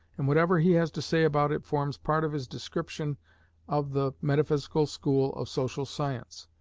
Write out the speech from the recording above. and whatever he has to say about it forms part of his description of the metaphysical school of social science.